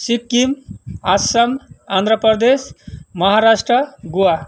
Sikkim Assam Andhra Pradesh Maharashtra Goa